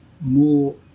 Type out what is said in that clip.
more